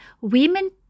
women